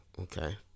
okay